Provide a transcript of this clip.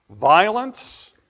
violence